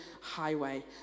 highway